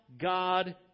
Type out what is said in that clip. God